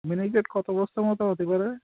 মিনিকেট কত বস্তা মতো হতে পারে